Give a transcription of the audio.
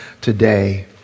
today